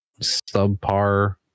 subpar